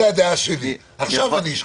זאת הדעה שלי, עכשיו אני אשקול.